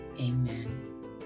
Amen